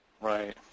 Right